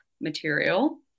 material